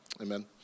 amen